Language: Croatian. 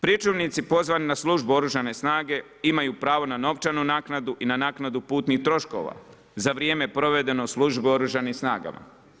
Pričuvnici pozvani na službu oružane snage, imaju pravo na novčanu naknadu i na naknadu putnih troškova, za vrijeme provedeno u službi oružanih snagama.